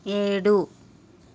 ఏడు